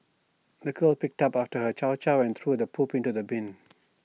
the girl picked up after her chow chow and threw the poop into the bin